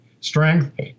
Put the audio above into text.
strength